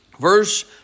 Verse